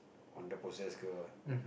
on the possessed girl ah